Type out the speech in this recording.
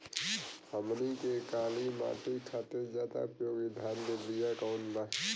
हमनी के काली माटी खातिर ज्यादा उपयोगी धान के बिया कवन बा?